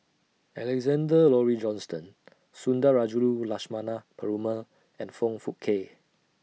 Alexander Laurie Johnston Sundarajulu Lakshmana Perumal and Foong Fook Kay